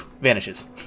vanishes